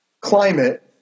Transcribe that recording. climate